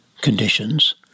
conditions